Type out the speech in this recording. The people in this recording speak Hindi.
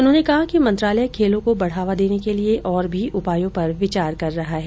उन्होंने कहा कि मंत्रालय खेलों को बढ़ावा देने के लिए और भी उपायों पर विचार कर रहा है